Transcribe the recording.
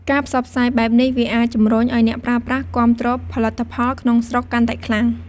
ការផ្សព្វផ្សាយបែបនេះ វាអាចជំរុញឱ្យអ្នកប្រើប្រាស់គាំទ្រផលិតផលក្នុងស្រុកកាន់តែខ្លាំង។